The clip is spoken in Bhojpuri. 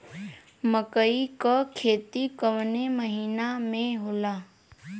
मकई क खेती कवने महीना में होला?